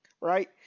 right